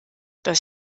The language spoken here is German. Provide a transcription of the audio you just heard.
das